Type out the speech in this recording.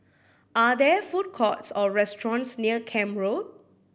are there food courts or restaurants near Camp Road